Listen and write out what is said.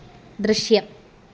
ദൃശ്യം